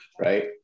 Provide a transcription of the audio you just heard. right